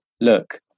look